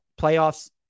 playoffs